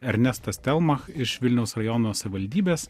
ernestas stelmach iš vilniaus rajono savivaldybės